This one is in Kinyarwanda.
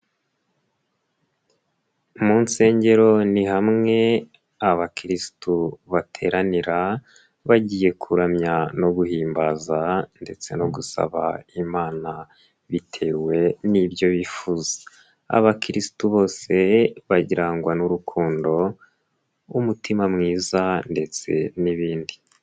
Mu nsengero ni hamwe abakirisitu bateranira bagiye kuramya no guhimbaza ndetse no gusaba Imana bitewe n'ibyo bifuza, abakiristu bose bagirangwa n'urukundo, umutima mwiza ndetse n'ibindi.